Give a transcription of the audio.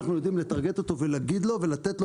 אנחנו יודעים לטרגט אותו ולהגיד לו ולתת לו